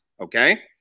okay